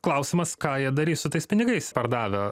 klausimas ką jie darys su tais pinigais pardavę